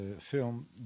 film